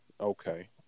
Okay